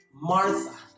Martha